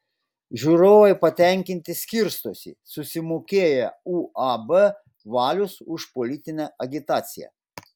žiūrovai patenkinti skirstosi susimokėję uab valius už politinę agitaciją